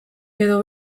edo